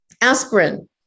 aspirin